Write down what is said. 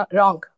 Wrong